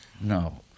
No